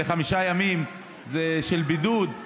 לחמישה ימים של בידוד,